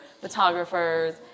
photographers